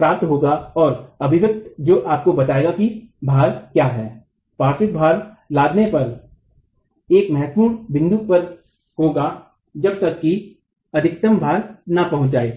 प्राप्त होगा और अभिव्यक्ति जो आपको बताएगा की भार क्या है पार्श्विक भार लादने पर एक महत्वपूर्ण बिंदु पर होगा जब तक कि अधिकतम भार न पहुंच जाये